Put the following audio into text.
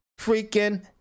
freaking